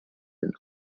and